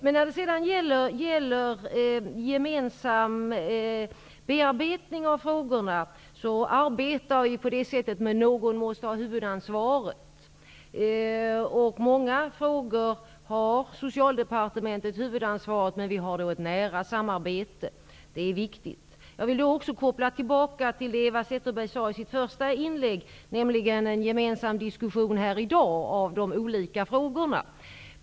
Regeringen arbetar med en gemensam bearbetning av frågorna. Men någon måste ha huvudansvaret. Många frågor har Socialdepartementet huvudansvaret för, men det finns ett nära samarbete. Det är viktigt. Jag vill anknyta till det Eva Zetterberg talade om i sitt första inlägg, nämligen en gemensam diskussion här i dag av de olika frågorna.